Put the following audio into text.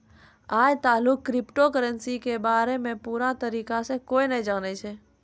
आय तलुक crypto currency के बारे मे पूरा तरीका से कोय नै जानै छै